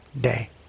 day